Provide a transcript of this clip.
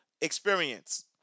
experience